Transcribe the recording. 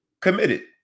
Committed